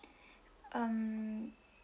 um